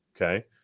okay